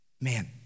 man